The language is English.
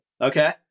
Okay